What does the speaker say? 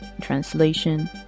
translation